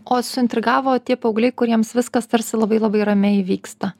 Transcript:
o suintrigavo tie paaugliai kuriems viskas tarsi labai labai ramiai įvyksta